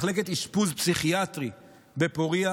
מחלקת אשפוז פסיכיאטרי בפוריה.